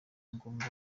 ngombwa